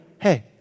hey